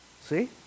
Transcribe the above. See